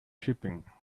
shipping